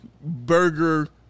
burger